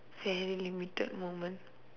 very limited moment